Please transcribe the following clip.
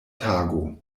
tago